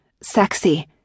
sexy